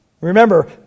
Remember